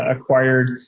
acquired